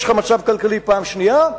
יש לך מצב כלכלי פעם שנייה,